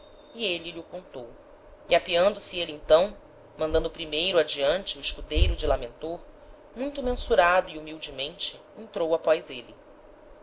e êle lh'o contou e apeando se êle então mandando primeiro adiante o escudeiro de lamentor muito mensurado e humildemente entrou após êle